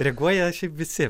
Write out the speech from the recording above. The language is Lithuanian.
reaguoja šiaip visi